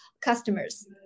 customers